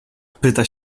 pyta